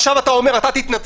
אתה תתנצל,